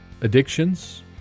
addictions